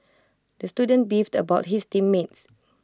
the student beefed about his team mates